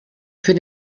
für